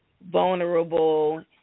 vulnerable